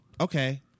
Okay